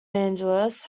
angeles